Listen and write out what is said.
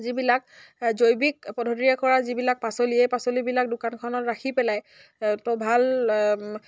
যিবিলাক জৈৱিক পদ্ধতিৰে কৰা যিবিলাক পাচলি এই পাচলিবিলাক দোকানখনত ৰাখি পেলাই ত' ভাল